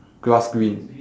grass green